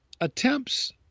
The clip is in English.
attempts